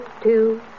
two